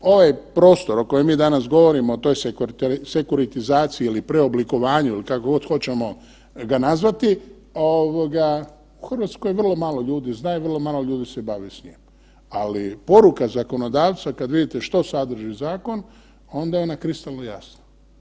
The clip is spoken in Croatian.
Ovaj prostor o kojem mi danas govorimo o sekuritizaciji ili preoblikovanju ili kako god hoćemo ga nazvati ovoga u Hrvatskoj vrlo malo ljudi zna i vrlo malo ljudi se bavi s njim, ali poruka zakonodavca kad vidite što sadrži zakon onda je ona kristalno jasna.